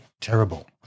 terrible